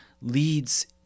leads